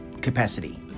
capacity